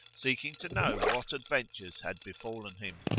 seeking to know what adventures had befallen him,